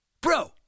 Bro